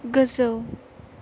गोजौ